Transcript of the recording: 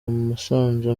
musanze